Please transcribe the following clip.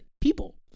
people